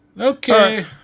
Okay